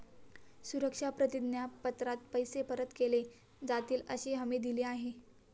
सुरक्षा प्रतिज्ञा पत्रात पैसे परत केले जातीलअशी हमी दिली आहे